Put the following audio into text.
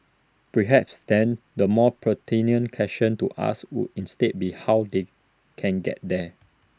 perhaps then the more pertinent question to ask would instead be how they can get there